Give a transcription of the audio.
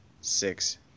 six